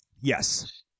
Yes